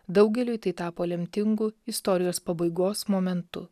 daugeliui tai tapo lemtingu istorijos pabaigos momentu